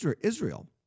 Israel